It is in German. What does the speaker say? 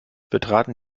betraten